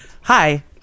Hi